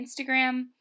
Instagram